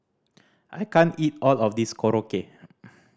I can't eat all of this Korokke